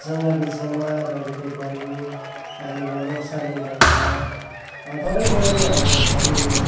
जङ्गली जनावरहरूले पनि हामीलाई नोक्सानी गर्छ तरै पनि अब हामीले